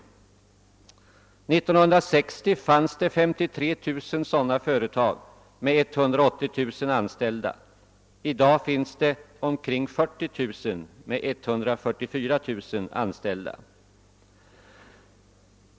1960 fanns det 53 000 sådana företag med 180 000 anställda; i dag finns det omkring 40 000 med 140 000 anställda.